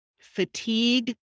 Fatigue